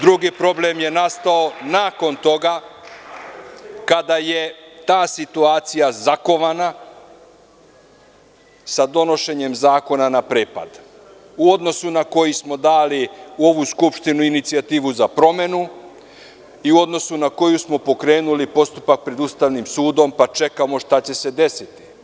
Drugi problem je nastao nakon toga kada je ta situacija zakovana sa donošenjem zakona na prepad u odnosu na koji smo dali u ovoj Skupštini inicijativu za promenu i u odnosu na koju smo pokrenuli postupak pred Ustavnim sudom pa čekamo šta će se desiti.